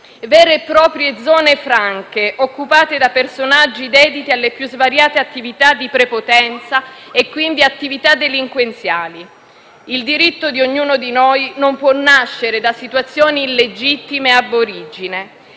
vere e proprie zone franche occupate da personaggi dediti alle più svariate attività di prepotenza e, quindi, delinquenziali. Il diritto di ognuno di noi non può nascere da situazioni illegittime *ab origine*